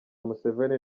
museveni